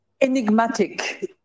enigmatic